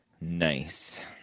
Nice